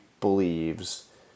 believes